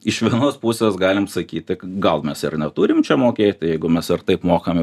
iš vienos pusės galim sakyti gal mes ir neturim čia mokėti jeigu mes ar taip mokam jau